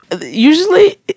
Usually